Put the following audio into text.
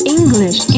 English